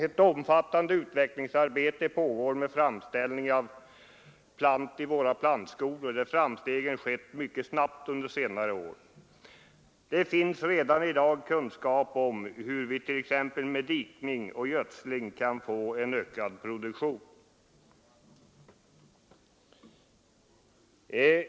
Ett omfattande utvecklingsarbete pågår med framställning av plantor i våra plantskolor, där framstegen skett mycket snabbt under senare år. Det finns redan i dag kunskap om hur vi t.ex. med dikning och gödsling kan få en ökad produktion.